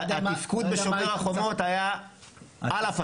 התפקוד בשומר חומות היה על הפנים.